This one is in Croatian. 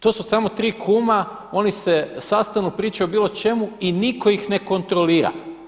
To su samo tri kuma, oni se sastanu, pričaju o bilo čemu i nitko ih ne kontrolira.